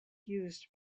used